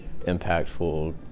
impactful